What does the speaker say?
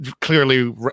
Clearly